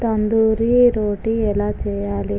తందూరీ రోటి ఎలా చేయాలి